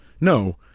no